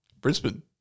Brisbane